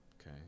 Okay